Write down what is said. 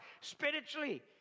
spiritually